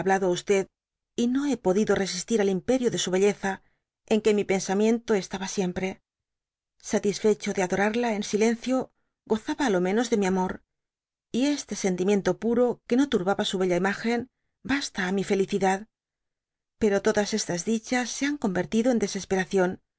hablado á y no hé podido resistir al imperio de su bellesa en que mi pensamiento estaba siempre satisfecho de adorarla en silencio gozaba á lo manos de mi amor y este sentimiento puro que no turbaba su bella imagen bastaba á mi felicidad pero todas estas dichas se han conyertido en desesperación